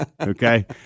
Okay